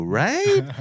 right